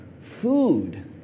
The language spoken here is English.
food